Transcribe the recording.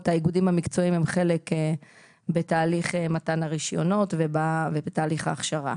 האיגודים המקצועיים הם חלק בתהליך מתן הרישיונות ובתהליך ההכשרה.